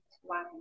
one